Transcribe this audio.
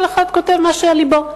כל אחד כותב מה שעל לבו.